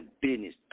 Business